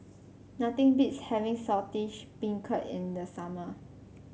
nothing beats having Saltish Beancurd in the summer